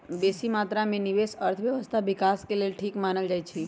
बेशी मत्रा में निवेश अर्थव्यवस्था विकास के लेल ठीक मानल जाइ छइ